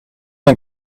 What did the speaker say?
een